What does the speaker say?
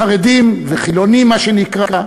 חרדים וחילונים, מה שנקרא,